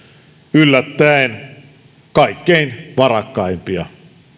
yllättäen kaikkein varakkaimpia